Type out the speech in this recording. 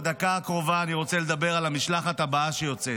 בדקה הקרובה אני רוצה לדבר על המשלחת הבאה שיוצאת,